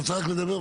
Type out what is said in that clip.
את רוצה רק לדבר?